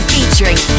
Featuring